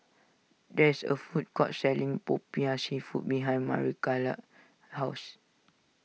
there is a food court selling Popiah Seafood behind Maricela's house